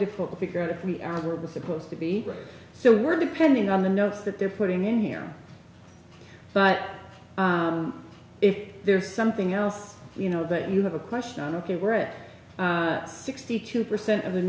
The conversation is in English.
difficult to figure out if we are we're supposed to be so we're depending on the notes that they're putting in here but if there's something else you know that you have a question ok we're at sixty two percent of the